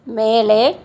மேலே